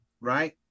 right